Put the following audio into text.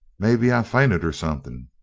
maybe i've fainted or something?